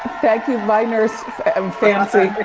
thank you, bye nurse fancy!